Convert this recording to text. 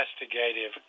investigative